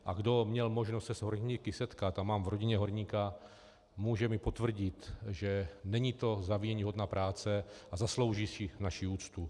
A kdo měl možnost se s horníky setkat, a mám v rodině horníka, může mi potvrdit, že není to záviděníhodná práce a zaslouží si naši úctu.